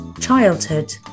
childhood